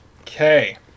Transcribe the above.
Okay